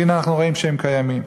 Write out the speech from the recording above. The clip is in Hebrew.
והנה אנחנו רואים שהם קיימים.